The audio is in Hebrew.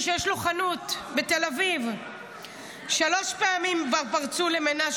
אז מסתבר שבשכונת הדר גנים בפתח תקווה יושבים אזרחים כל לילה במכוניות